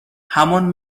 همان